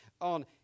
on